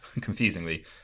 confusingly